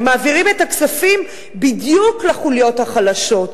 הם מעבירים את הכספים בדיוק לחוליות החלשות.